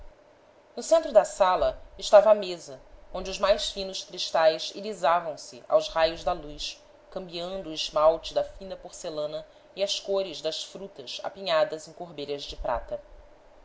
no centro da sala estava a mesa onde os mais finos cristais irisavam se aos raios da luz cambiando o esmalte da fina porcelana e as cores das frutas apinhadas em corbelhas de prata